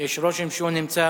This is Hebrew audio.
יש לי רושם שהוא נמצא.